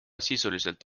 sisuliselt